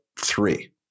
three